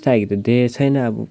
त्यस्तो खाले त देखेको छैन अब खोइ